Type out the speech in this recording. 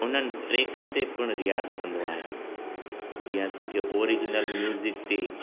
उन्हनि ट्रेकनि ते पिण रियाज़ कंदो आहियां जीअं असांखे ऑरिजनल म्यूज़िक ते